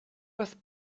with